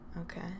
Okay